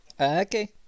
Okay